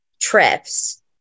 trips